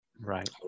Right